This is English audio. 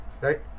right